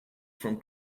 from